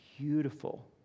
beautiful